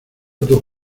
otro